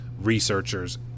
researchers